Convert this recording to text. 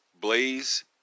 Blaze